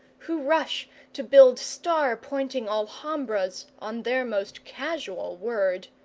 who rush to build star-pointing alhambras on their most casual word,